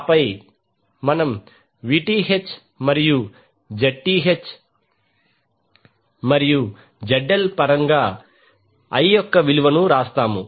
ఆపై మనం Vth మరియు Zth మరియు ZL పరంగా I యొక్క విలువను వ్రాస్తాము